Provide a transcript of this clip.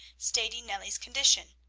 stating nellie's condition.